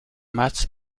match